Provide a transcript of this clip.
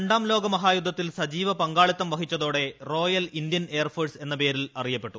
രണ്ടാം ലോകമഹായുദ്ധത്തിൽ സജീവ പ്രങ്കാളിത്തം വഹിച്ചതോടെ റോയൽ ഇന്ത്യൻ എയർഫോഴ്സ് എന്നു പ്പേതിൽ അറിയപ്പെട്ടു